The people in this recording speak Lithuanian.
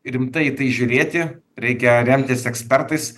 rimtai į tai žiūrėti reikia remtis ekspertais